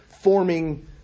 forming